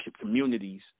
communities